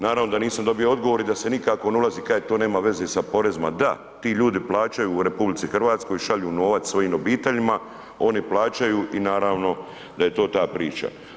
Naravno da nisam dobio odgovor i da se nikako ne ulazi kaže to nema veze sa porezima, da, ti ljudi plaćaju u RH šalju novac svojim obiteljima, oni plaćaju i naravno da je to ta priča.